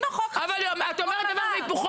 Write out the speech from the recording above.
אם החוק חשוב לך --- אבל את אומרת דבר והיפוכו.